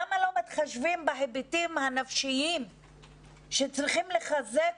למה לא מתחשבים בהיבטים הנפשיים שצריכים לחזק